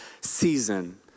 season